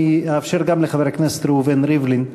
אני אאפשר גם לחבר הכנסת ראובן ריבלין לשאול.